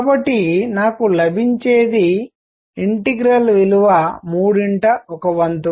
కాబట్టి నాకు లభించేది ఇంటిగ్రల్ విలువ మూడింట ఒక వంతు